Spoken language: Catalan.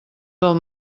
del